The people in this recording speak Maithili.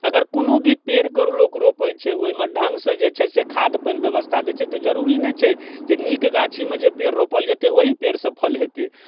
अगर कोनो भी पेड़के लोक रोपै छै ओइमे ढङ्गसँ जे छै से खाद पानि व्यवस्था दै छथि तऽ जरूरी नहि छै जे नीक गाछीमे जे पेड़ रोपल जेतै ओही पेड़सँ फल हेतै